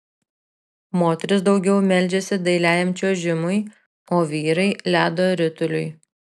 moterys daugiau meldžiasi dailiajam čiuožimui o vyrai ledo rituliui